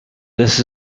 this